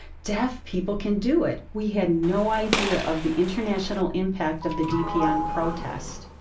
deaf people can do it. we had no idea of the international impact of the dpn protest.